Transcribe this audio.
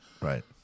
Right